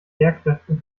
lehrkräften